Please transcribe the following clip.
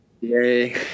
Yay